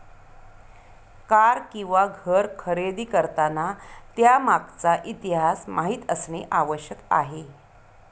car किंवा घर खरेदी करताना त्यामागचा इतिहास माहित असणे आवश्यक आहे